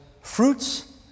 fruits